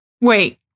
Wait